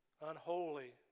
Unholy